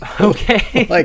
Okay